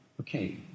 okay